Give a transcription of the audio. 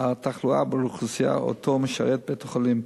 התחלואה באוכלוסייה שאותה משרת בית-החולים,